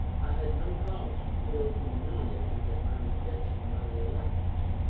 i had no cause to feel humiliated at my rejection by the electors